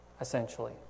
essentially